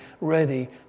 ready